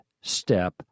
step